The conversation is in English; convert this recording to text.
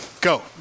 Go